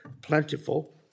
plentiful